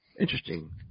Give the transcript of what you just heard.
Interesting